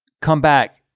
come back.